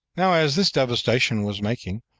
now as this devastation was making,